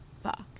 fuck